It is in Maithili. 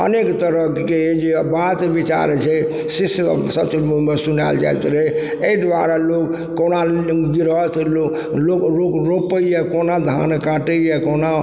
अनेक तरहके जे बात विचार छै से सब सुनायल जाइत रहय अइ दुआरे लोक कोना गृहस्थ लोक लोक रोपइए कोना धान काटइए कोना